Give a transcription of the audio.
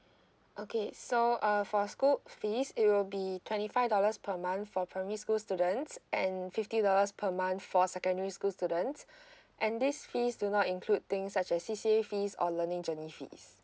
okay so uh for school fees it will be twenty five dollars per month for primary school students and fifty dollars per month for secondary school students and this fees do not include things such as C C A fees or learning journey fees